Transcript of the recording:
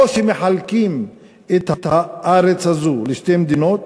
או שמחלקים את הארץ הזאת לשתי מדינות